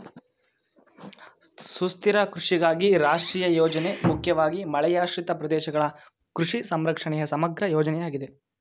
ಸುಸ್ಥಿರ ಕೃಷಿಗಾಗಿ ರಾಷ್ಟ್ರೀಯ ಯೋಜನೆ ಮುಖ್ಯವಾಗಿ ಮಳೆಯಾಶ್ರಿತ ಪ್ರದೇಶಗಳ ಕೃಷಿ ಸಂರಕ್ಷಣೆಯ ಸಮಗ್ರ ಯೋಜನೆಯಾಗಿದೆ